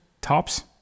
tops